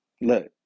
look